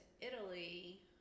Italy